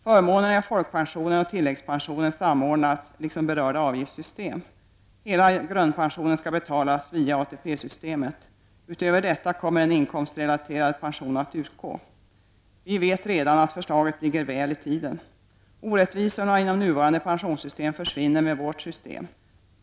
Förmånerna i folkpensionen och tilläggspensionen samordnas, liksom berörda avgiftssystem. Hela grundpensionen skall betalas via ATP-systemet. Utöver detta kommer en inkomstrelaterad pension att utgå. Vi vet redan att förslaget ligger väl i tiden. Orättvisorna inom nuvarande pensionssystem försvinner med vårt system.